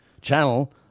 channel